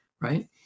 right